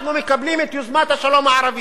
אנחנו מקבלים את יוזמת השלום הערבית,